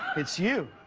it's you.